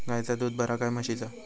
गायचा दूध बरा काय म्हशीचा?